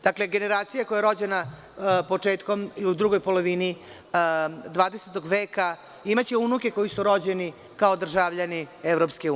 Dakle, generacija koja je rođena početkom i u drugoj polovini 20. veka imaće unuke koji su rođeni kao državljani EU.